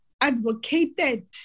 advocated